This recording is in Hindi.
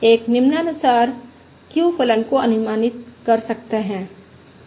एक निम्नानुसार q फलन को अनुमानित कर सकता है